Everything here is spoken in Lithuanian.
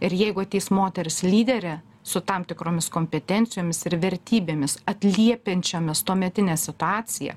ir jeigu ateis moteris lyderė su tam tikromis kompetencijomis ir vertybėmis atliepiančiomis tuometinę situaciją